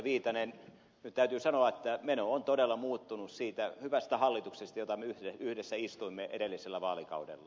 viitanen nyt täytyy sanoa että meno on todella muuttunut siitä hyvästä hallituksesta jota me yhdessä istuimme edellisellä vaalikaudella